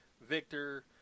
Victor